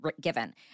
given